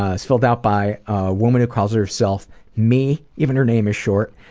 it's filled out by a woman who calls herself me even her name is short.